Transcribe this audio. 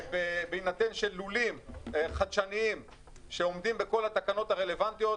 בהינתן שלולים חדשניים שעומדים בכל התקנות הרלבנטיות,